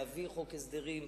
להביא חוק הסדרים,